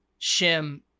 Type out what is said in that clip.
Shim